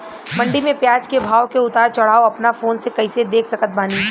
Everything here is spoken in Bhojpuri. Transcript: मंडी मे प्याज के भाव के उतार चढ़ाव अपना फोन से कइसे देख सकत बानी?